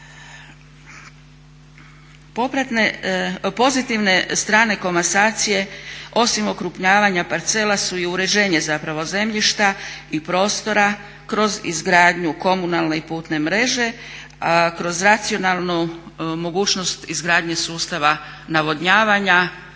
Pozitivne strane komasacije osim okrupnjavanja parcela su i uređenje zapravo zemljišta i prostora kroz izgradnju komunalne i putne mreže, kroz racionalnu mogućnost izgradnje sustava navodnjavanja